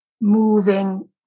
moving